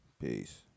Peace